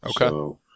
Okay